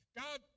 God